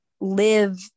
live